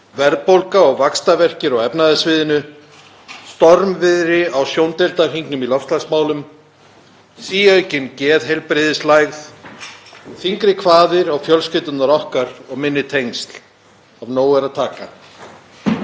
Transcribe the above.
Verðbólga og vaxtarverkir á efnahagssviðinu, stormviðri á sjóndeildarhringnum í loftslagsmálum, síaukin geðheilbrigðislægð, þyngri kvaðir á fjölskyldurnar okkar og minni tengsl. Af nógu er að taka.